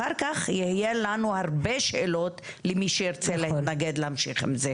אחר כך יהיו לנו הרבה שאלות למי שירצה להמשיך להתנגד לזה.